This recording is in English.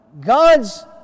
God's